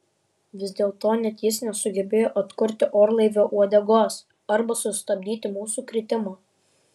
vis dėlto net jis nesugebėjo atkurti orlaivio uodegos arba sustabdyti mūsų kritimo